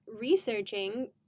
researching